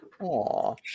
Aw